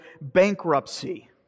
bankruptcy